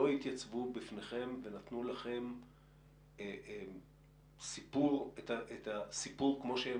לא התייצבו בפניכם ונתנו לכם את הסיפור כמו שהם